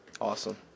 awesome